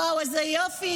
וואו, איזה יופי.